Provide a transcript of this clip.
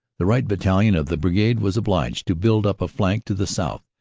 the right battalion of the brigade was obliged to build up a flank to the south,